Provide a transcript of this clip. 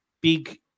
big